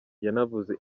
yanavuze